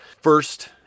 First